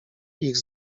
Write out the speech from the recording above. ich